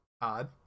Odd